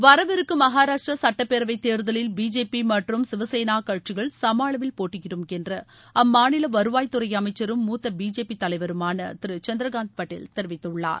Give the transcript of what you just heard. வரவிருக்கும் மகாராஷ்டிர சட்டப்பேரவைத் தேர்தலில் பிஜேபி மற்றும் சிவசேனா கட்சிகள் சம அளவில் போட்டியிடும் என்று அம்மாநில வருவாய்த்துறை அமைச்சரும் மூத்த பிஜேபி தலைவருமான திரு சந்திரகாந்த் பாட்டல் தெரிவித்துள்ளார்